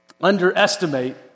underestimate